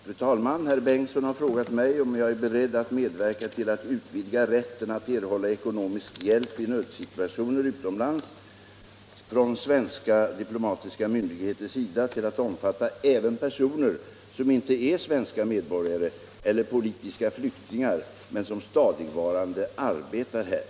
Fru talman! Herr Bengtsson i Göteborg har frågat mig om jag är beredd att medverka till att utvidga rätten att erhålla ekonomisk hjälp i nödsituationer utomlands från svenska diplomatiska myndigheters sida till att omfatta även personer som inte är svenska medborgare eller politiska flyktingar men som stadigvarande arbetar här.